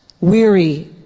Weary